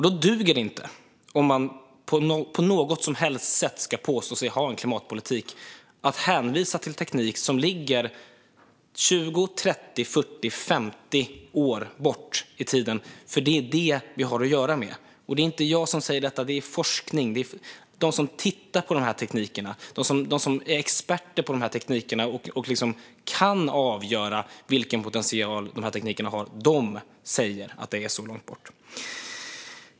Då duger det inte, om man på något som helst sätt ska påstå sig ha en klimatpolitik, att hänvisa till teknik som ligger 20, 30, 40 eller 50 år bort i tiden. Det är detta vi har att göra med. Det är inte jag som säger detta, utan det är forskningen. De som tittar på de här teknikerna och som är experter på dem och kan avgöra vilken potential de har säger att det ligger så långt bort.